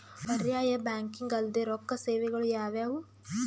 ಪರ್ಯಾಯ ಬ್ಯಾಂಕಿಂಗ್ ಅಲ್ದೇ ರೊಕ್ಕ ಸೇವೆಗಳು ಯಾವ್ಯಾವು?